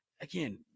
again